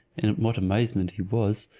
in what amazement he was,